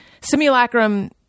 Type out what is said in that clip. simulacrum